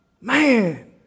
Man